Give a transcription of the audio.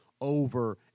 over